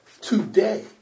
today